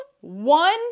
one